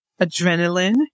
adrenaline